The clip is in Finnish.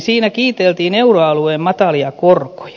siinä kiiteltiin euroalueen matalia korkoja